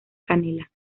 canela